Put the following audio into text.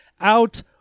out